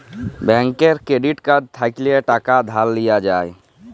ব্যাংকের credit card থ্যাইকলে টাকা ধার লিয়া যায়